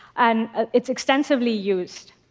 and it's extensively used.